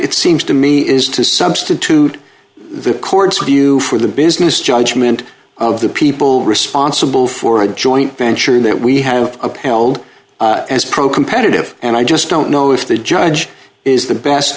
it seems to me is to substitute the courts of you for the business judgment of the people responsible for a joint venture that we have upheld as pro competitive and i just don't know if the judge is the best